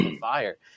fire